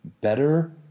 better